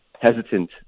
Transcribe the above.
hesitant